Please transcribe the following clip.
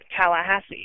Tallahassee